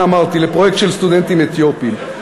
אה אמרתי, לפרויקטים של סטודנטים אתיופים.